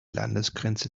landesgrenze